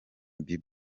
bieber